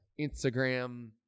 Instagram